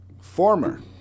former